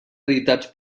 editats